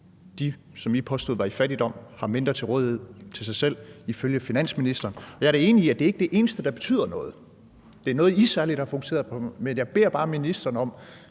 Dem, som I påstod var i fattigdom, har mindre til rådighed til sig selv ifølge finansministeren. Og jeg er da enig i, at det ikke er det eneste, der betyder noget. Det er noget, I særlig har fokuseret på. Men jeg beder bare ministeren om